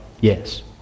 Yes